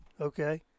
Okay